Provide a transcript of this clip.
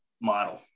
model